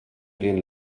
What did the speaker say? den